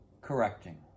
correcting